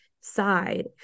side